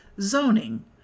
zoning